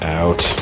out